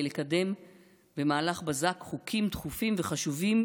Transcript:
לקדם במהלך בזק חוקים דחופים וחשובים,